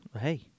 Hey